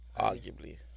Arguably